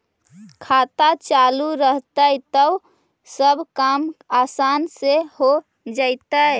खाता चालु रहतैय तब सब काम आसान से हो जैतैय?